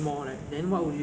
maybe ah